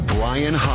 Brian